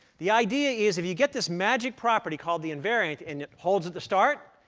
the idea is, if you get this magic property called the invariant and it holds at the start,